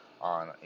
on